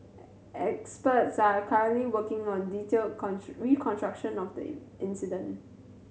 experts are currently working on a detailed reconstruction of the incident